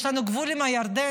יש לנו גבול עם ירדן,